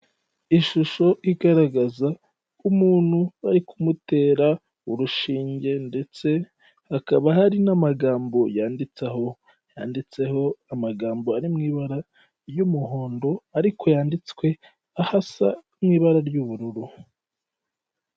Ishusho igaragaza umuntu bari kumutera urushinge ndetse hakaba hari n'amagambo yanditseho amagambo ari mu ibara ry'umuhondo ariko yanditswe ahasa n'ibara ry'ubururu.